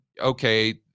okay